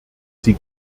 sie